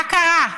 מה קרה?